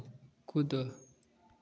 कूदो